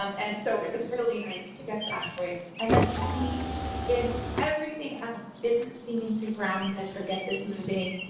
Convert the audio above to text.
um and so it was really nice to get that voice, and then i mean if everything else isn't seeming to ground this or get this moving,